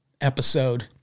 episode